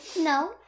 No